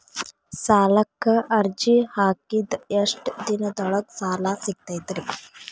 ಸಾಲಕ್ಕ ಅರ್ಜಿ ಹಾಕಿದ್ ಎಷ್ಟ ದಿನದೊಳಗ ಸಾಲ ಸಿಗತೈತ್ರಿ?